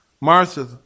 Martha